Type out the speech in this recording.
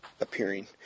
appearing